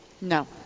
No